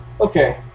Okay